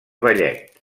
ballet